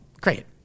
Great